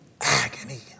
Agony